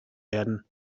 werden